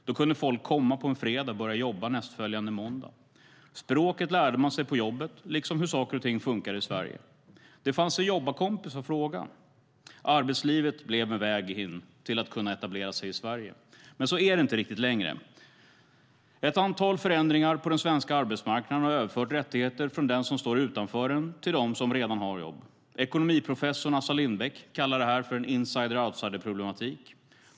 Folk kunde komma på en fredag och börja jobba nästföljande måndag. Språket lärde man sig på jobbet liksom hur saker och ting funkade i Sverige. Det fanns en jobbarkompis att fråga. Arbetslivet blev en väg in för att kunna etablera sig i Sverige. Så är det inte riktigt längre. Ett antal förändringar på den svenska arbetsmarknaden har överfört rättigheter från den som står utanför den till dem som redan har jobb. Ekonomiprofessor Assar Lindbeck kallar detta för en insider-outsider-problematik.